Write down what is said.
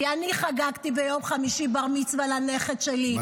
כי אני חגגתי ביום חמישי בר מצווה לנכד שלי.